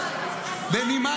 ממלכתית --- חברי הכנסת.